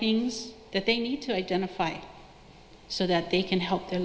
things that they need to identify so that they can help the